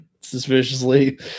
suspiciously